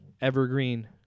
evergreen